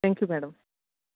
thank you madam